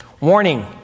Warning